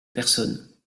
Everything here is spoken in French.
personnes